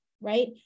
right